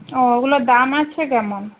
ও ওগুলোর দাম আছে কেমন